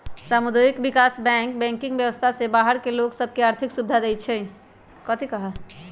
सामुदायिक विकास bank banking व्यवस्था से बाहर के लोग सभ के आर्थिक सुभिधा देँइ छै